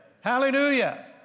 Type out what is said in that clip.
Hallelujah